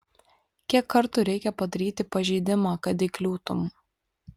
kiek kartų reikia padaryti pažeidimą kad įkliūtum